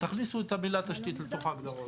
ותכניסו את המילה תשתית לתוך ההגדרות.